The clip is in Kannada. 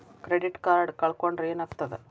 ಕ್ರೆಡಿಟ್ ಕಾರ್ಡ್ ಕಳ್ಕೊಂಡ್ರ್ ಏನಾಗ್ತದ?